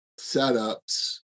setups